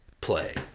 play